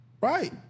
Right